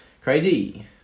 Crazy